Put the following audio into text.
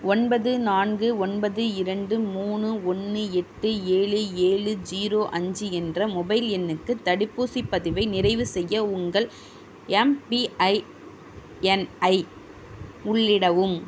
ஒன்பது நான்கு ஒன்பது இரண்டு மூணு ஒன்று எட்டு ஏழு ஏழு ஜீரோ அஞ்சு என்ற மொபைல் எண்ணுக்கு தடுப்பூசிப் பதிவை நிறைவு செய்ய உங்கள் எம்பிஐஎன் ஐ உள்ளிடவும்